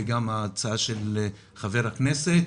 גם של חבר הכנסת,